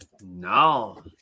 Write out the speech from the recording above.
no